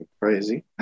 crazy